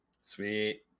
Sweet